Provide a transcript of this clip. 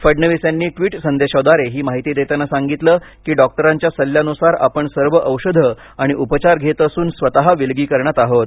फडणवीस यांनी ट्विट संदेशाद्वारे ही माहिती देताना सांगितलं की डॉक्टरांच्या सल्ल्यानुसार आपण सर्व औषधं आणि उपचार घेत असून स्वतः विलगीकरणात आहोत